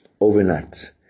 overnight